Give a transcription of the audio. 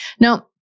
Now